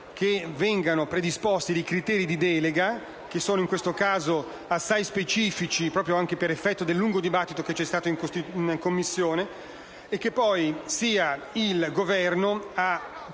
che vengano predisposti dei criteri di delega, che sono in questo caso assai specifici (anche per effetto del lungo dibattito svoltosi in Commissione), e che sia poi il Governo a